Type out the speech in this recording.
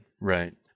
Right